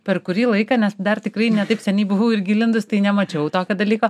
per kurį laiką nes dar tikrai ne taip seniai buvau irgi įlindus tai nemačiau tokio dalyko